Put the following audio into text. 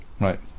Right